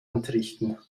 entrichten